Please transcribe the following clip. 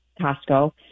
Costco